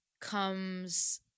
comes